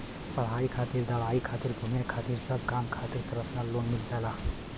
पढ़ाई खातिर दवाई खातिर घुमे खातिर सब काम खातिर परसनल लोन मिल जाला